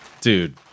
dude